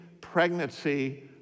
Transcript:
pregnancy